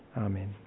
Amen